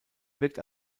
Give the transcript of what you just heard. wirkt